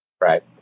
Right